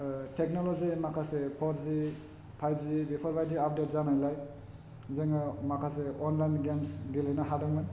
technology माखासे फरजि फाइबजि बेफोरबायदि आपदेट जानायलाय जोङो माखासे अनलाइन गेम्स गेलेनो हादोंमोन